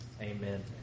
Amen